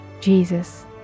Jesus